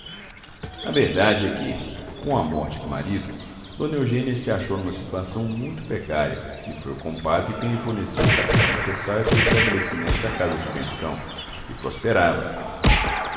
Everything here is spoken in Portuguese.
a verdade é que com a morte do marido dona eugênia se achou numa situação muito precária e foi o compadre quem lhe forneceu o capital necessário para o estabelecimento da casa de pensão que prosperava